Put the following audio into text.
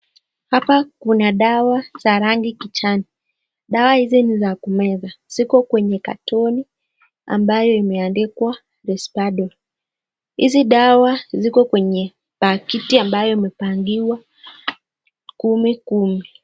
Hapa kuna dawa za rangi kijani. Dawa hizi ni za kumeza . Ziko kwenye katoni[cs), ambayo imeandikwa The spandon(cs). Hizi dawa ziko kwenye pakiti ambayo imepangiwa kumi kumi.